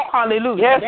Hallelujah